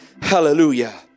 Hallelujah